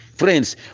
friends